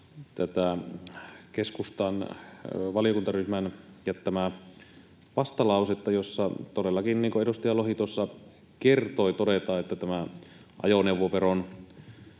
tätä keskustan valiokuntaryhmän jättämää vastalausetta, jossa todellakin, niin kuin edustaja Lohi tuossa kertoi, todetaan, että tämä ajoneuvoveron